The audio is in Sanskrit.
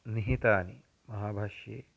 निहितानि महाभाष्ये